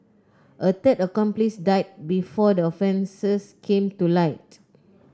a third accomplice died before the offences came to light